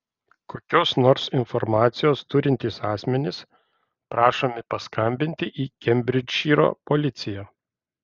kokios nors informacijos turintys asmenys prašomi paskambinti į kembridžšyro policiją